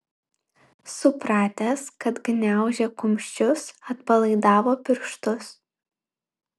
supratęs kad gniaužia kumščius atpalaidavo pirštus